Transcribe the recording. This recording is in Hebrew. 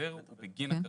שההחזר הוא בגין הכרטיס,